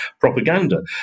propaganda